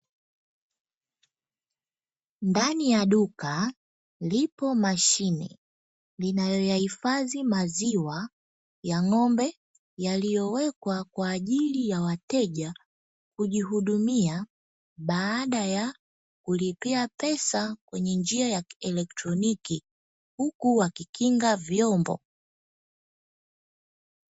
Ndani ya duka lipo mashine linayoyahifadhi maziwa ya ng'ombe yaliyowekwa kwa ajili ya wateja kujihudumia, baada ya kulipia pesa kwenye njia ya kielektroniki huku wakikinga vyombo.